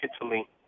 Italy